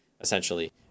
essentially